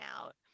out